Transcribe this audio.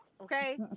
Okay